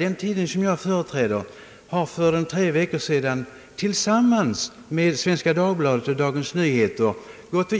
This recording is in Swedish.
Den tidning jag företräder har för tre veckor sedan tillsamman med Svenska Dagbladet och Dagens Nyheter